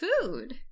Food